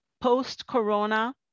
post-corona